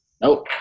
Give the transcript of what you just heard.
Nope